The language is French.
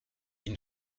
une